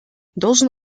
должен